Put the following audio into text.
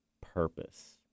purpose